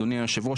אדוני היושב ראש,